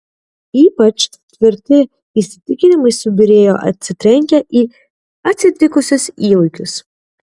ypač tvirti įsitikinimai subyrėjo atsitrenkę į atsitikusius įvykius